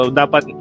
dapat